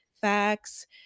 facts